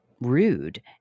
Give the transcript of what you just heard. rude